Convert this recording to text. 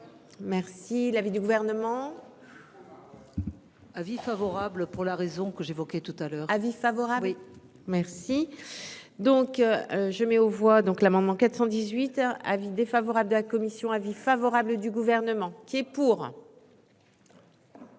merci l'avis du gouvernement : avis favorable pour la raison que j'évoquais tout à l'heure : avis favorable oui merci, donc je mets aux voix donc l'amendement 418 avis défavorable de la commission avis favorable du gouvernement qui est pour.